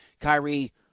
Kyrie